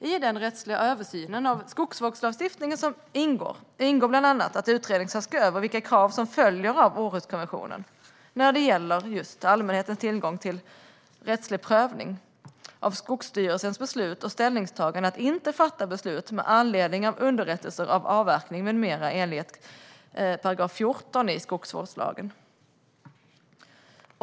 I den rättsliga översynen av skogsvårdslagstiftningen ingår bland annat att utredaren ska se över vilka krav som följer av Århuskonventionen när det gäller just allmänhetens tillgång till rättslig prövning av Skogsstyrelsens beslut och ställningstaganden att inte fatta beslut med anledning av underrättelser om avverkning med mera enligt 14 § skogsvårdslagen.